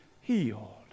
healed